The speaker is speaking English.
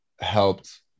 helped